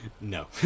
No